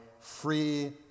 free